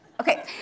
okay